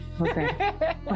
Okay